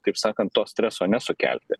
kaip sakant to streso nesukelti